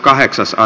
asia